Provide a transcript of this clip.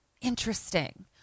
Interesting